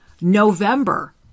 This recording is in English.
November